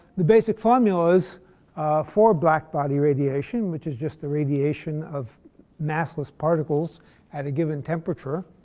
the basic formulas for black-body radiation, which is just the radiation of massless particles at a given temperature.